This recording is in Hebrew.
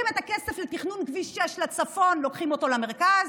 ואת הכסף לתכנון כביש 6 לצפון, לוקחים אותו למרכז,